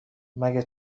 مگه